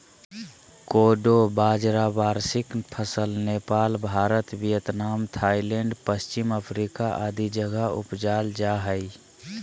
कोडो बाजरा वार्षिक फसल नेपाल, भारत, वियतनाम, थाईलैंड, पश्चिम अफ्रीका आदि जगह उपजाल जा हइ